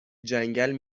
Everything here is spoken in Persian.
جنگل